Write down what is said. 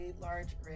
large